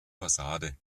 fassade